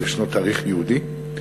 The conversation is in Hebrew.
אז ישנו תאריך יהודי,